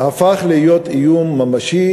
הפך להיות איום ממשי,